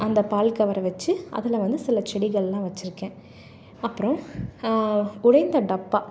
அந்த பால் கவரை வைச்சு அதில் வந்து சில செடிகளெலாம் வச்சுருக்கேன் அப்புறம் உடைந்த டப்பா